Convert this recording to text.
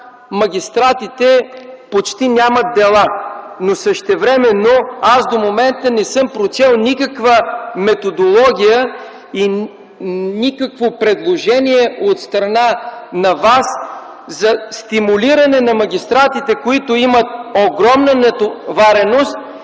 магистратите почти нямат дела, но същевременно до момента аз не съм прочел никаква методология и никакво предложение от страна на ВАС за стимулиране на магистратите, които имат огромна натовареност